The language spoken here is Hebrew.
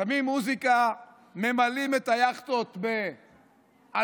שמים מוזיקה, ממלאים את היאכטות באלכוהול,